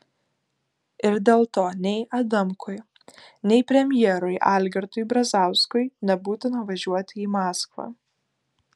ir dėl to nei adamkui nei premjerui algirdui brazauskui nebūtina važiuoti į maskvą